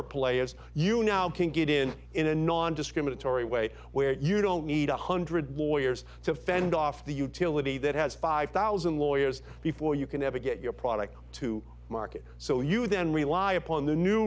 smaller players you now can get in in a nondiscriminatory way where you don't need one hundred lawyers to fend off the utility that has five thousand lawyers before you can ever get your product to market so you then rely upon the new